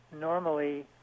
normally